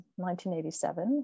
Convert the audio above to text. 1987